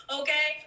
okay